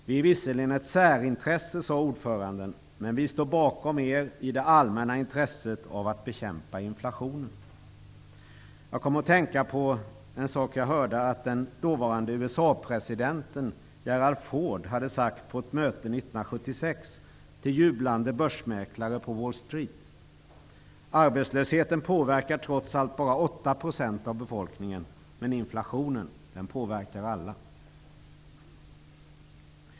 Vi är visserligen ett särintresse, sade ordföranden, men vi står bakom er i det allmänna intresset att bekämpa inflationen. Jag kom att tänka på det jag hört att den dåvarande USA presidenten Gerald Ford hade sagt på ett möte 1976 ''Arbetslösheten påverkar trots allt bara 8 procent av befolkningen, men inflationen påverkar alla.''